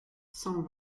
cent